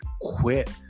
quit